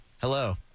Hello